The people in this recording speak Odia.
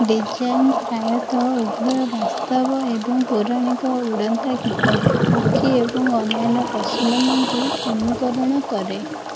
ଡିଜାଇନ୍ ପ୍ରାୟତଃ ଉଭୟ ବାସ୍ତବ ଏବଂ ପୌରାଣିକ ଉଡ଼ନ୍ତା କୀଟ ପକ୍ଷୀ ଏବଂ ଅନ୍ୟାନ୍ୟ ପଶୁମାନଙ୍କୁ ଅନୁକରଣ କରେ